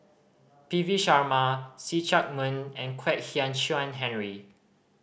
P V Sharma See Chak Mun and Kwek Hian Chuan Henry